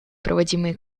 проводимые